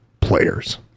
players